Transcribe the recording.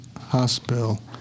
Hospital